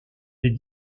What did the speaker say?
des